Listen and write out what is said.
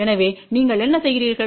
எனவே நீங்கள் என்ன செய்கிறீர்கள்